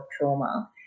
trauma